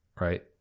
right